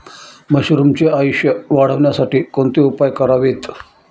मशरुमचे आयुष्य वाढवण्यासाठी कोणते उपाय करावेत?